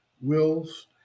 wills